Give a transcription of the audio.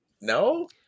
No